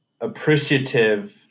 appreciative